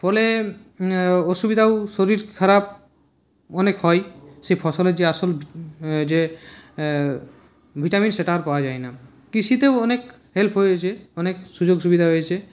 ফলে অসুবিধাও শরীর খারাপ অনেক হয়ই সে ফসলের যে আসল যে ভিটামিন সেটা আর পাওয়া যায় না কৃষিতেও অনেক হেল্প হয়েছে অনেক সুযোগ সুবিধা হয়েছে